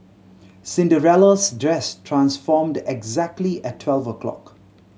Cinderella's dress transformed exactly at twelve o' clock